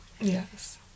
Yes